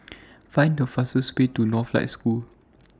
Find The fastest Way to Northlight School